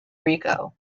rico